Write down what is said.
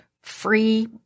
free